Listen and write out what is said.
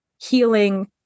healing